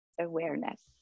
awareness